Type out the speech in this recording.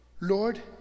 Lord